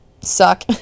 suck